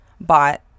bought